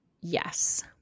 yes